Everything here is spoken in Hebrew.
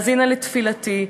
האזינה לתפילתי,